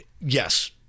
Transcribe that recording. yes